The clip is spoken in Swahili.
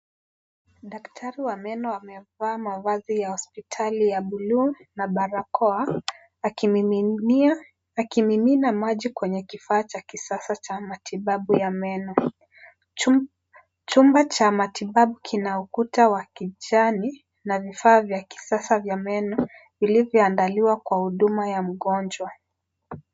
Daktari wa meno amevaa mavazi ya hospitali ya buluu na barakoa akimimina maji kwenye kifaa cha kisasa cha matibabu ya meno. Chumba cha matibabu kina ukuta wa kijani na vifaa vya kisasa vya meno vilivyoandaliwa kwa huduma ya mgonjwa.